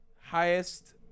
highest